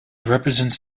represents